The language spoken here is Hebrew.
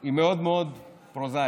היא מאוד מאוד פרוזאית,